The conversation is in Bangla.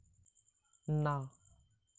আমি কি গোল্ড লোন পাবো?